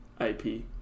IP